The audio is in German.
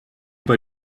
bei